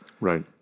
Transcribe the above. Right